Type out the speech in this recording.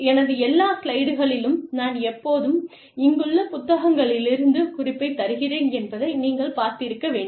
எனது எல்லா ஸ்லைடுகளிலும் நான் எப்போதும் இங்குள்ள புத்தகங்களிலிருந்து குறிப்பைத் தருகிறேன் என்பதை நீங்கள் பார்த்திருக்க வேண்டும்